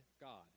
God